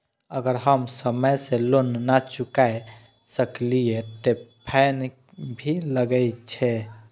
अगर हम समय से लोन ना चुकाए सकलिए ते फैन भी लगे छै?